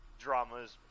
dramas